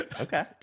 Okay